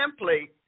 template